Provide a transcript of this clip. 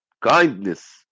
kindness